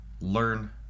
learn